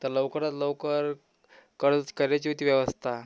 तर लवकरात लवकर करूच करायची होती व्यवस्था